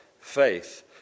faith